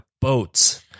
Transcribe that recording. boats